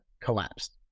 collapsed